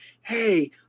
hey